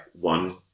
one